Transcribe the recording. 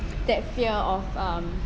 that fear of mm